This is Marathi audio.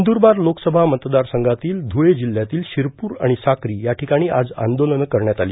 नंद्रबार लोकसभा मतदारसंघातील पुळे जिल्ह्यातील शिरपूर आणि साक्री या ठिकाणी आज आंदोलन करण्यात आली